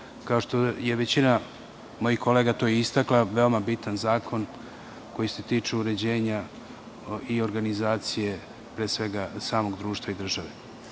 Kao što je većina mojih kolega to istakla, ovo je veoma bitan zakon koji se tiče uređenja i organizacije samog društva i države. Ovim